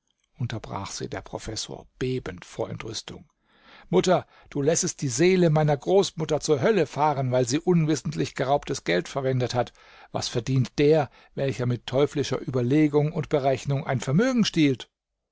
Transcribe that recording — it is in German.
unterbrach sie der professor bebend vor entrüstung mutter du lässest die seele meiner großmutter zur hölle fahren weil sie unwissentlich geraubtes geld verwendet hat was verdient der welcher mit teuflischer ueberlegung und berechnung ein vermögen stiehlt